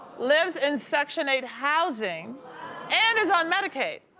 lives in section eight housing and is on medicaid.